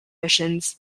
missions